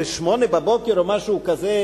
בשעה 08:00 בבוקר או משהו כזה,